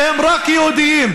שהם רק יהודים.